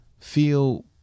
feel